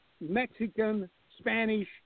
Mexican-Spanish